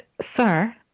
sir